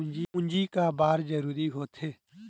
पूंजी का बार जरूरी हो थे?